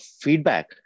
feedback